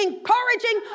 encouraging